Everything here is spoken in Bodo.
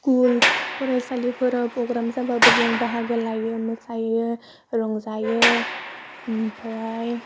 स्कुल फरायसालिफोराव फ्रग्राम जाबाबो जों बाहागो लायो मोसायो रंजायो ओमफ्राय